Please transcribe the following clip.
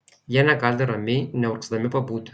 jie negali ramiai neurgzdami pabūti